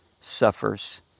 suffers